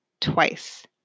twice